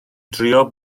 drio